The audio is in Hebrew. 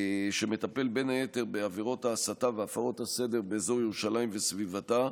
שמטפל בין היתר בעבירות ההסתה והפרות הסדר באזור ירושלים וסביבתה,